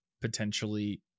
potentially